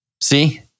See